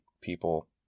people